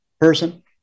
person